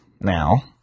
now